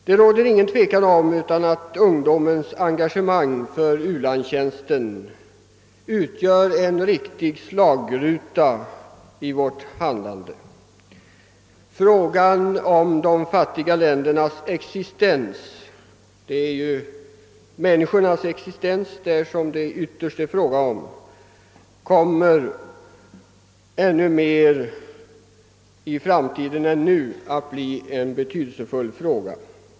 Det råder inget tvivel om att ungdomens engagemang för u-landstjänsten utgör en verklig slagruta i vårt handlande. Frågan om de fattiga ländernas existens — det är ju människornas existens där som det ytterst gäller — kommer i framtiden att bli ännu mer betydelsefull än den är nu.